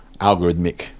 algorithmic